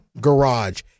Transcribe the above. garage